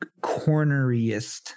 corneriest